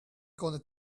gonna